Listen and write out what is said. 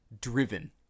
driven